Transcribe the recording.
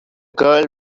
girl